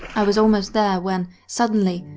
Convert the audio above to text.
i was almost there when, suddenly,